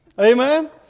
Amen